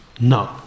No